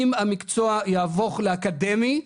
אם המקצוע יהפוך לאקדמי,